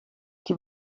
die